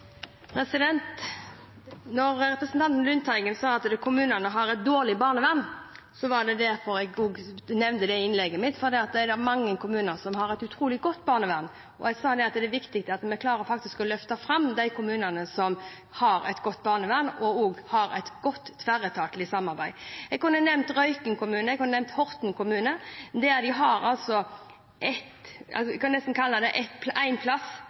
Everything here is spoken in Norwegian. Representanten Lundteigen sa at kommunene har et dårlig barnevern, det var derfor jeg nevnte det i innlegget mitt. Det er mange kommuner som har et utrolig godt barnevern, og jeg sa at det er viktig at vi faktisk klarer å løfte fram de kommunene som har et godt barnevern og et godt tverretatlig samarbeid. Jeg kunne nevnt Røyken kommune. Jeg kunne nevnt Horten kommune. Der har de én plass folk kan henvende seg der alle tjenestene er under ett, sånn at de samarbeider. Kanskje kommer barnevernet inn til slutt på grunn av at det